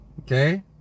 Okay